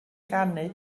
canu